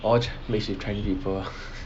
all mix with chinese people